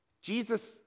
Jesus